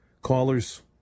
callers